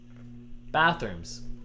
Bathrooms